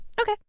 Okay